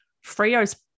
Frio's